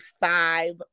five